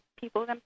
people